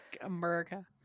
america